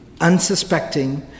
unsuspecting